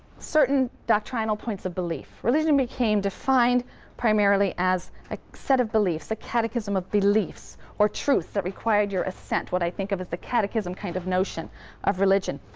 certain doctrinal points of belief. religion became defined primarily as a set of beliefs, a catechism of beliefs or truths that required your assent, what i think of as the catechism kind of notion of religion.